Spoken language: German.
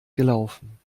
gelaufen